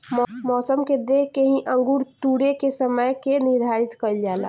मौसम के देख के ही अंगूर तुरेके के समय के निर्धारित कईल जाला